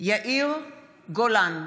יאיר גולן,